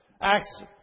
Acts